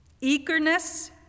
eagerness